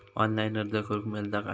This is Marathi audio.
ऑनलाईन अर्ज करूक मेलता काय?